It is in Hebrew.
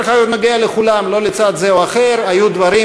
דרך אגב,